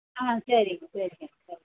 ஆ சரிங்க சரிங்க சரி